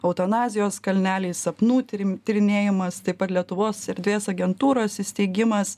eutanazijos kalneliai sapnų tyrim tyrinėjimas taip pat lietuvos erdvės agentūros įsteigimas